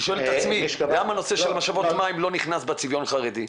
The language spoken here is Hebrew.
אני שואל את עצמי למה הנושא של משאבות המים לא נכנס בצביון החרדי?